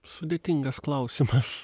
sudėtingas klausimas